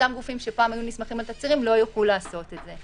אותם גופים שפעם היו נסמכים על תצהירים לא יוכלו לעשות את זה.